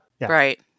Right